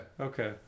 okay